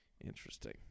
Interesting